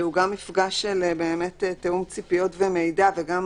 שהוא גם מפגש לתיאום ציפיות ומידע וגם